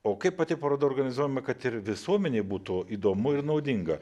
o kaip pati paroda organizuojama kad ir visuomenei būtų įdomu ir naudinga